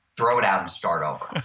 throw it out and start over.